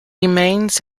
remains